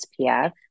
SPF